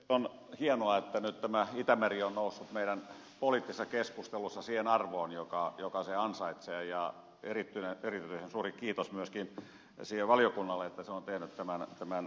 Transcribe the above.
on hienoa että nyt tämä itämeri on noussut meidän poliittisessa keskustelussamme siihen arvoon jonka se ansaitsee ja erityisen suuri kiitos myöskin valiokunnalle että se on tehnyt tämän mietinnön